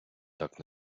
так